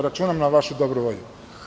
Računam na vašu dobru volju.